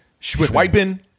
swiping